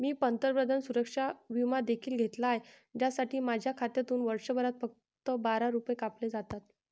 मी पंतप्रधान सुरक्षा विमा देखील घेतला आहे, ज्यासाठी माझ्या खात्यातून वर्षभरात फक्त बारा रुपये कापले जातात